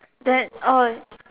then oh